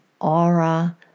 aura